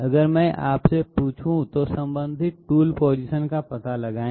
अगर मैं आपसे पूछूं तो संबंधित टूल पोजीशन का पता लगाएं